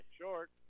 short